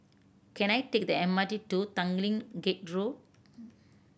can I take the M R T to Tanglin Gate Road